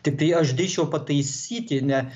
tiktai aš drįsčiau pataisyti ne